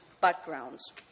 backgrounds